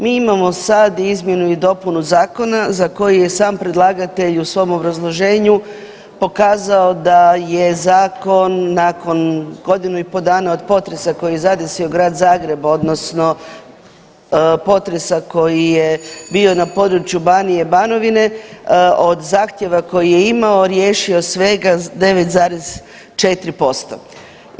Mi imamo sad izmjenu i dopunu zakona za koji je sam predlagatelj u svom obrazloženju pokazao da je zakon nakon godinu i po dana od potresa koji je zadesio Grad Zagreb odnosno potresa koji je bio na području Banije i Banovine, od zahtjeva koji je imao riješio svega 9,4%